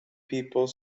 people